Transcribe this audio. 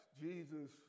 Jesus